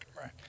Right